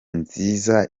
nziza